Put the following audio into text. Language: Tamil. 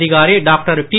அதிகாரிடாக்டர்டி